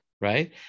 right